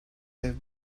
have